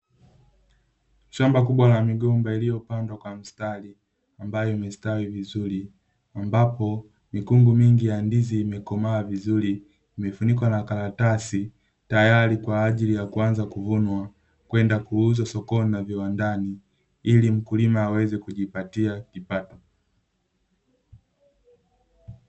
Shamba kubwa la migomba iliyopandwa kwa mstari ambayo imestawi vizuri, ambapo mikungu mingi ya ndizi imekomaa vizuri. Imefunikwa na karatasi tayari kwa ajili ya kuanza kuvunwa, kwenda kuuzwa sokoni na viwandani ili mkulima aweze kujipatia kipato.